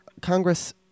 Congress